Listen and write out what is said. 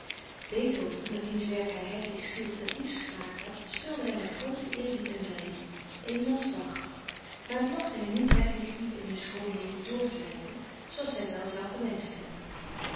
beethoven met wiens werk hij hedwigs ziel het diepst geraakt had speelde hij met grooten eerbied en wijding evenals bach maar het lokte hem niet hedwig diep in hun schoonheden dr te leiden zooals zij wel zou gewenscht hebben